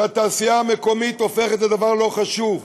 שהתעשייה המקומית הופכת לדבר לא חשוב,